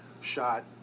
shot